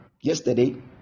yesterday